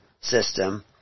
system